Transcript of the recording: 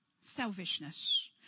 Selfishness